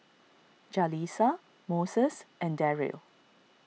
Jalisa Moses and Deryl